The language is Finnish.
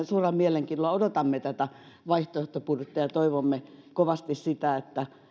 suurella mielenkiinnolla odotamme tätä vaihtoehtobudjettia ja toivomme kovasti sitä että